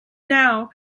now